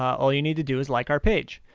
all you need to do is like our page,